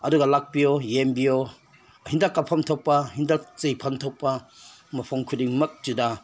ꯑꯗꯨꯒ ꯂꯥꯛꯄꯤꯌꯣ ꯌꯦꯡꯕꯤꯌꯣ ꯍꯤꯗꯥꯛ ꯀꯥꯞꯐꯝ ꯊꯣꯛꯄ ꯍꯤꯗꯥꯛ ꯆꯥꯏꯐꯝ ꯊꯣꯛꯄ ꯃꯐꯝ ꯈꯨꯗꯤꯡꯃꯛꯇꯨꯗ